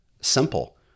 Simple